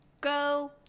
go